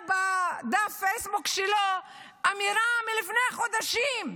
בדף הפייסבוק שלו אמירה מלפני חודשים,